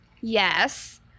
Yes